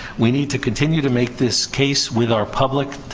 we need to continue to make this case with our public